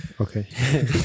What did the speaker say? okay